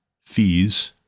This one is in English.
fees